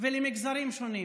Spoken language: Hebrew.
ולמגזרים שונים.